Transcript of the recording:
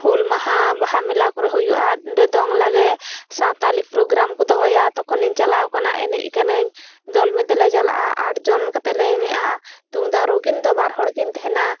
ᱦᱩᱞ ᱢᱟᱦᱟ ᱵᱟᱦᱟᱸ ᱢᱮᱞᱟ ᱠᱚᱨᱮ ᱦᱩᱭᱩᱜᱼᱟ ᱚᱸᱰᱮ ᱫᱚᱝ ᱞᱟᱜᱽᱲᱮ ᱥᱟᱶᱛᱟᱞᱤ ᱯᱨᱳᱜᱽᱨᱟᱢ ᱠᱚ ᱫᱚᱦᱚᱭᱟ ᱛᱚᱠᱷᱚᱱᱤᱧ ᱪᱟᱞᱟᱣ ᱠᱟᱱᱟ ᱮᱱᱮᱡ ᱠᱟᱹᱱᱟᱹᱧ ᱫᱚᱞ ᱵᱮᱸᱫᱷᱮ ᱞᱮ ᱪᱟᱞᱟᱜᱼᱟ ᱟᱴ ᱡᱚᱱ ᱠᱟᱛᱮᱫ ᱞᱮ ᱮᱱᱮᱡᱼᱟ ᱛᱩᱢᱫᱟᱜ ᱨᱩ ᱠᱤᱱ ᱫᱚ ᱵᱟᱨ ᱦᱚᱲ ᱠᱤᱱ ᱛᱟᱦᱮᱸᱱᱟ